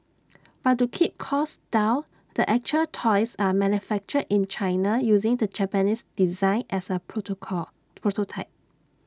but to keep costs down the actual toys are manufactured in China using the Japanese design as A prototype